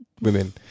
women